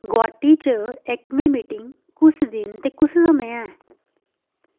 गुवाहाटी च एक्मे मीटिंग कुस दिन ते कुस समें ऐ